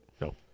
No